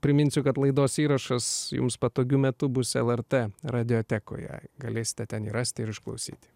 priminsiu kad laidos įrašas jums patogiu metu bus lrt radiotekoje galėsite ten jį rasti ir išklausyti